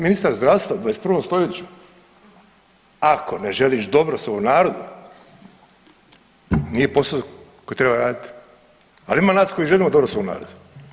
Ministar zdravstva u 21. stoljeću ako ne želiš dobro svom narodu, nije posao koji treba raditi, ali ima nas koji želimo dobro svom narodu.